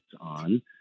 on